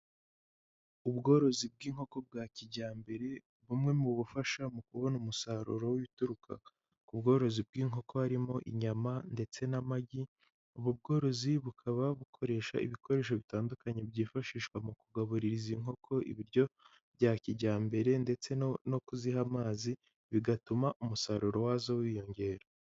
Ubworozi bw'inkoko bwa kijyambere, bumwe mu bufasha mu kubona umusaruro w'ibituruka ku bworozi bw'inkoko harimo inyama ndetse n'amagi; ubu bworozi bukaba bukoresha ibikoresho bitandukanye byifashishwa mu kugaburira izi nkoko ibiryo bya kijyambere ndetse no kuziha amazi, bigatuma umusaruro wazo wiyongera.